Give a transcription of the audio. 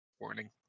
warning